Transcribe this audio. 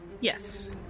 yes